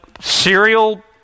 serial